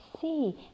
see